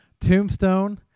tombstone